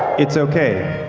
it's okay.